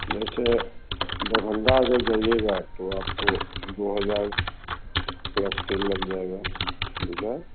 वैसे दरभंगा अगर जाइएगा तो आपको दो हज़ार प्लस तेल लग जाएगा ठीक है